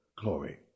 glory